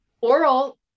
oral